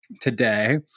today